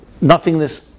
nothingness